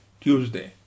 Tuesday